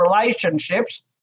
relationships